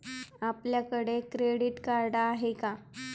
आपल्याकडे credit card आहे का?